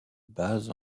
bas